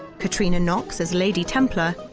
catriona knox as lady templar,